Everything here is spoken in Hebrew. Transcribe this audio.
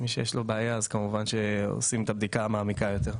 מי שיש לו בעיה כמובן שעושים בדיקה מעמיקה יותר.